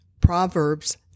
Proverbs